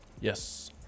Yes